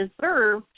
deserve